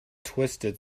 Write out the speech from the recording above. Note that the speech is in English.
twisted